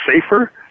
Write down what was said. safer